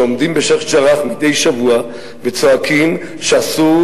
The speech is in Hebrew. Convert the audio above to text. כשעומדים בשיח'-ג'ראח לפני שבוע וצועקים שאסור